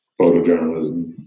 photojournalism